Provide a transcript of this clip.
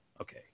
okay